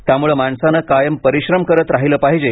त्यामुळे माणसाने कायम परिश्रम करत राहिले पाहिजे